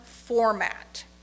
Format